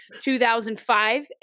2005